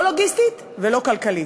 לא לוגיסטית ולא כלכלית.